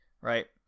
right